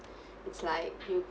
it's like you